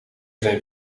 zijn